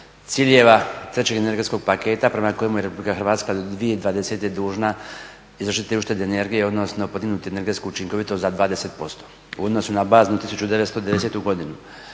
ciljeva trećeg energetskog paketa prema kojemu je Republika Hrvatska do 2020. dužna izvršiti uštede energije, odnosno podignuti energetsku učinkovitost za 20% u odnosu na baznu 1990. godinu.